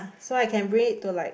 so I can bring it to like